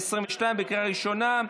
לקריאה ראשונה.